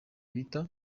bita